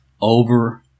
over